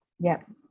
Yes